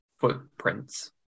footprints